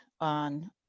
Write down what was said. on